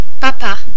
Papa